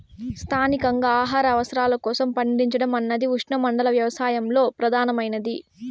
స్థానికంగా ఆహార అవసరాల కోసం పండించడం అన్నది ఉష్ణమండల వ్యవసాయంలో ప్రధానమైనది